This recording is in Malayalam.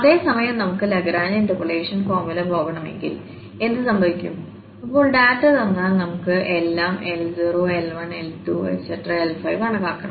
അതേസമയം നമുക്ക് ലഗ്രാഞ്ച് ഇന്റർപോളേഷൻ ഫോർമുലയുമായി പോകണമെങ്കിൽ എന്ത് സംഭവിക്കും ഇപ്പോൾ ഡാറ്റ തന്നാൽ നമുക്ക് എല്ലാം L0 L1 L2 L3 L4L5കണക്കാക്കണം